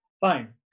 Fine